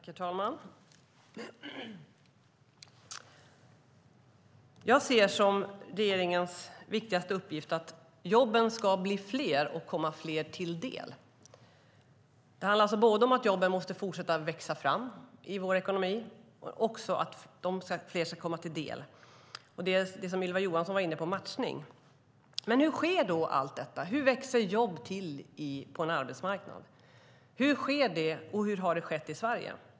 Herr talman! Jag ser som regeringens viktigaste uppgift att jobben ska bli fler och komma fler till del. Det handlar alltså både om att jobben måste fortsätta växa fram i vår ekonomi och om att de ska komma fler till del. Det handlar om det som Ylva Johansson var inne på: matchning. Men hur sker då allt detta? Hur växer jobb till på en arbetsmarknad? Hur sker det, och hur har det skett i Sverige?